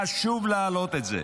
חשוב להעלות את זה,